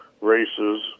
races